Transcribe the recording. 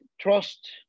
trust